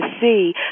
see